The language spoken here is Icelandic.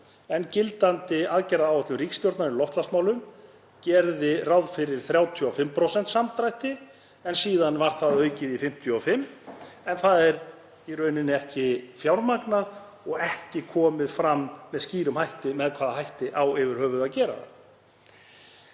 en gildandi aðgerðaáætlun ríkisstjórnarinnar í loftslagsmálum gerði ráð fyrir 35% samdrætti en síðan var það aukið í 55%. Það er í rauninni ekki fjármagnað og ekki hefur komið fram með skýrum hætti með hvaða hætti á yfir höfuð að gera það.